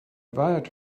wired